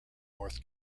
north